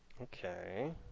Okay